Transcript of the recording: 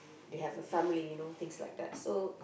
they have a family you know things like that